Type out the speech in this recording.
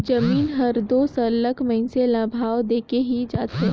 जमीन हर दो सरलग मइनसे ल भाव देके ही जाथे